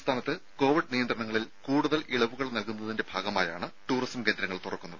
സംസ്ഥാനത്ത് കോവിഡ് നിയന്ത്രണങ്ങളിൽ കൂടുതൽ ഇളവുകൾ നൽകുന്നതിന്റെ ഭാഗമായാണ് ടൂറിസം കേന്ദ്രങ്ങൾ തുറക്കുന്നത്